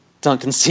duncan